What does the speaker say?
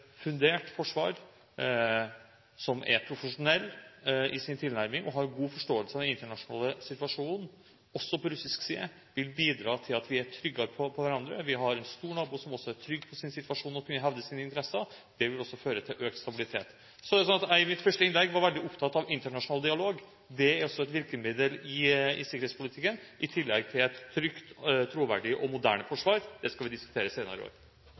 fundert forsvar, som er profesjonelt i sin tilnærming og som har god forståelse av den internasjonale situasjonen, også på russisk side, vil bidra til at vi er tryggere på hverandre. At vi har en stor nabo som også er trygg på sin situasjon og vil kunne hevde sine interesser, vil også føre til økt stabilitet. I mitt første innlegg var jeg veldig opptatt av internasjonal dialog. Det er også et virkemiddel i sikkerhetspolitikken, i tillegg til et trygt, troverdig og moderne forsvar. Det skal vi diskutere senere i år.